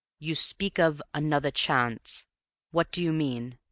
you speak of another chance what do you mean?